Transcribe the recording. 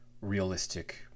realistic